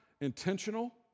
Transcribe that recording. intentional